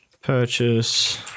Purchase